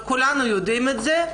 וכולנו יודעים את זה.